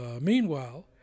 meanwhile